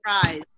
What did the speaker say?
surprise